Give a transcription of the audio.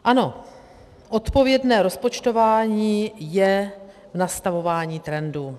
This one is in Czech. Ano, odpovědné rozpočtování je v nastavování trendů.